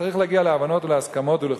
צריך להגיע להבנות ולהסכמות ולחוקים.